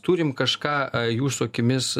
turim kažką jūsų akimis